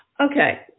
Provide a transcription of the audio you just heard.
Okay